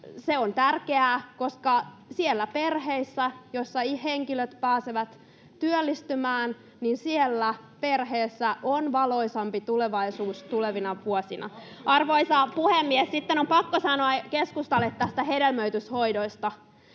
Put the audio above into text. Se on tärkeää, koska perheissä, joissa henkilöt pääsevät työllistymään, on valoisampi tulevaisuus tulevina vuosina. Arvoisa puhemies! Sitten on pakko sanoa keskustalle näistä hedelmöityshoidoista.